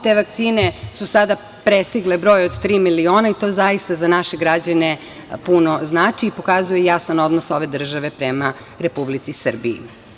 Te vakcine su sada prestigle broj od tri miliona i to zaista za naše građane puno znači i pokazuje jasan odnos ove države prema Republici Srbiji.